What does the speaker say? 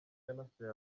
yanasuye